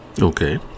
Okay